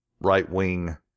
right-wing